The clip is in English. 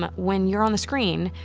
but when you're on the screen,